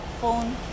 phone